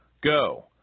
Go